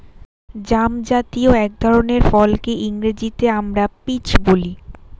জামজাতীয় এক ধরনের ফলকে ইংরেজিতে আমরা পিচ বলি